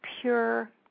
pure